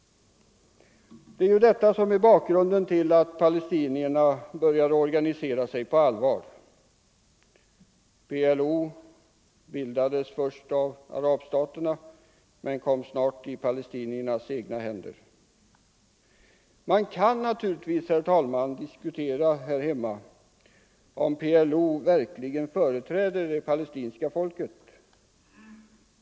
Det är nu också detta som är bakgrunden till att palestinierna började organisera sig på allvar. PLO — Palestine Liberation Organization — bildades först av arabstaterna men kom snart i palestiniernas egna händer. Man kan naturligtvis, herr talman, diskutera här hemma om PLO verkligen företräder det palestinska folket.